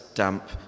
damp